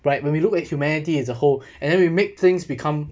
right when we look at humanity as a whole and then we make things become